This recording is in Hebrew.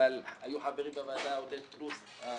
אבל היו חברים בוועדה עודד פלוס המנכ"ל.